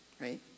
right